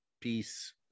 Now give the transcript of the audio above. peace